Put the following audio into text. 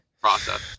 process